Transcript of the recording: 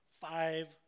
five